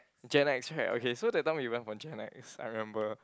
Gen X right okay so that time we went for Gen X I remember